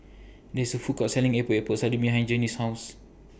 There IS Food Court Selling Epok Epok Sardin behind Journey's House